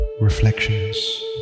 Reflections